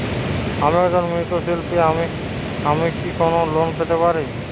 আমি একজন মৃৎ শিল্পী আমি কি কোন লোন পেতে পারি?